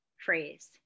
phrase